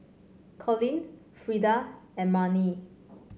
Colin Frida and Marnie